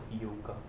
yoga